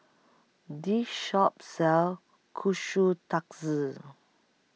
This Shop sells Kushikatsu